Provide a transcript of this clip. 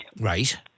Right